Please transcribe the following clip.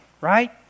right